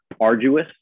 arduous